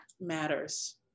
matters